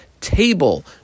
table